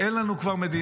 כבר אין לנו מדינה.